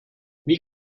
wie